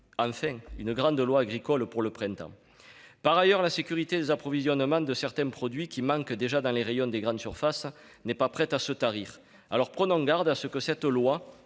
enfin ! -une grande loi agricole pour le printemps ... La sécurité des approvisionnements de certains produits, qui manquent déjà dans les rayons des grandes surfaces, n'est pas près de se rétablir. Prenons garde, donc, à ce que cette loi